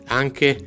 anche